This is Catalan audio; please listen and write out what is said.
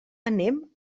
anem